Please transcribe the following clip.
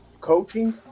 coaching